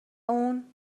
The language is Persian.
اون